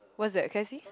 what's that can I see